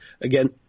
again